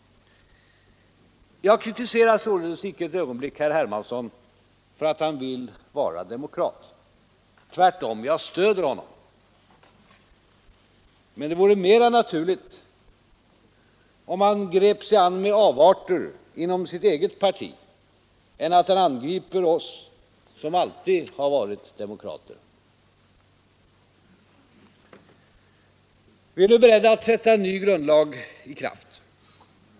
Jag kritiserar således inte ett ögonblick herr Hermansson för att han vill vara demokrat. Tvärtom, jag stöder honom. Men det vore mera naturligt om han grep sig an med avarter inom sitt eget parti än att han angriper oss som alltid har varit demokrater. Vi är nu beredda att sätta en ny grundlag i kraft.